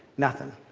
nothing,